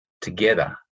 together